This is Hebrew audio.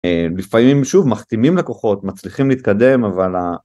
לפעמים שוב מחתימים לקוחות מצליחים להתקדם אבל.